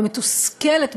ומתוסכלת,